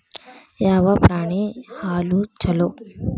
ಯಾವ ಪ್ರಾಣಿ ಹಾಲು ಛಲೋ?